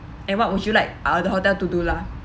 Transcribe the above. and what would you like uh the hotel to do lah